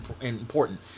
important